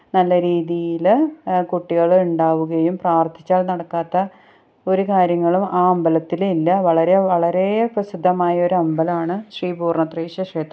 നല്ല രീതിയില് കുട്ടികള് ഉണ്ടാവുകയും പ്രാര്ത്ഥിച്ചാല് നടക്കാത്ത ഒരു കാര്യങ്ങളും ആ അമ്പലത്തില് ഇല്ല വളരെ വളരേ പ്രസിദ്ധമായൊരമ്പലമാണ് ശ്രീ പൂര്ണ്ണത്രയീശ ക്ഷേത്രം